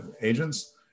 agents